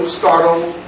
startled